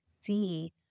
see